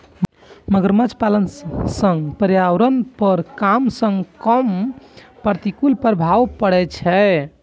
मगरमच्छ पालन सं पर्यावरण पर कम सं कम प्रतिकूल प्रभाव पड़ै छै